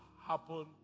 happen